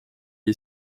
est